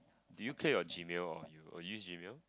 do you clear your Gmail or use Gmail